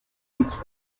each